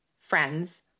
friends